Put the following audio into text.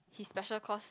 he's special cause